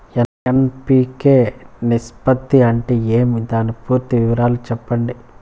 NPK నిష్పత్తి అంటే ఏమి దాని పూర్తి వివరాలు సెప్పండి?